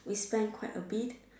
we spent quite a bit